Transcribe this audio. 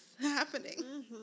happening